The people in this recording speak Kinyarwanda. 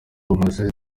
marcel